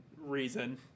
reason